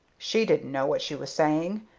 she didn't know what she was saying.